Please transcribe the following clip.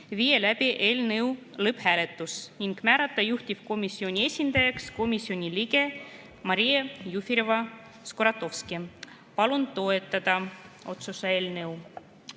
viia läbi eelnõu lõpphääletus ning määrata juhtivkomisjoni esindajaks komisjoni liige Maria Jufereva-Skuratovski. Palun toetada otsuse eelnõu.